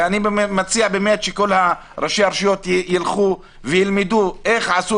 ואני מציע שכל ראשי הרשויות ילכו וילמדו איך עשו